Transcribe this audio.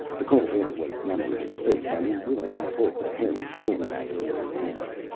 the cold air was numbing his face and he willingly pulled the hairy skin back over his head.